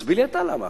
תסביר לי אתה למה.